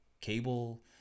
cable